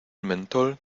mentol